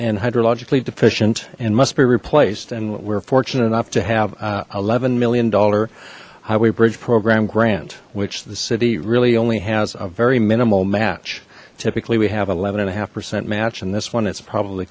and hydrologically deficient and must be replaced and we're fortunate enough to have eleven million dollar highway bridge program grant which the city really only has a very minimal match typically we have eleven and a half percent match and this one it's probably